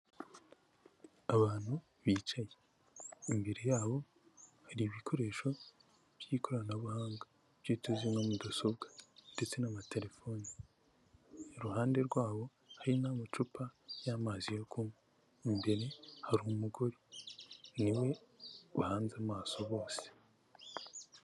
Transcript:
Abantu bicaye, imbere yabo hari ibikoresho by'ikoranabuhanga byo tuzi nka mudasobwa ndetse n'amatelefoni, iruhande rwabo hari n'amacupa y'amazi yo kunywa, imbere hari umugore ni we wahanze amaso bose.